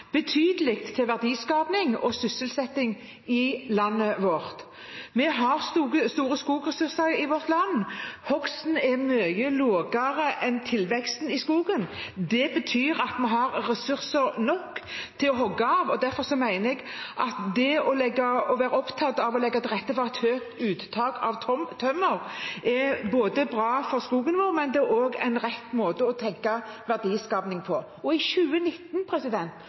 betydelig til verdiskaping og sysselsetting i landet vårt. Vi har store skogressurser i vårt land. Hogsten er mye lavere enn tilveksten i skogen. Det betyr at vi har ressurser nok til å hogge mer. Derfor er jeg opptatt av at det å legge til rette for et høyt uttak av tømmer både er bra for skogen vår og en rett måte å tenke verdiskaping på. I 2019